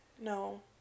No